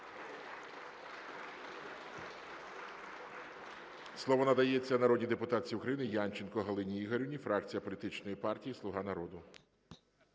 Слово надається народній депутатці України Янченко Галині Ігорівні, фракція політичної партії "Слуга народу".